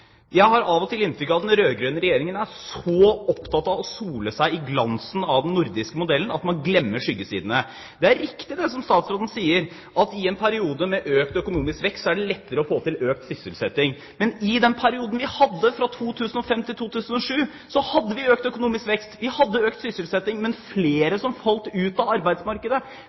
Jeg har av og til inntrykk av at den rød-grønne regjeringen er så opptatt av å sole seg i glansen av den nordiske modellen at den glemmer skyggesidene. Det er riktig som statsråden sier at i en periode med økt økonomisk vekst er det lettere å få til økt sysselsetting. I den perioden vi hadde fra 2005 til 2007, hadde vi økt økonomisk vekst, vi hadde økt sysselsetting, men flere som falt ut av arbeidsmarkedet,